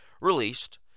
released